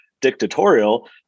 dictatorial